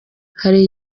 hari